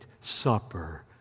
supper